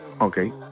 Okay